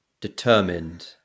determined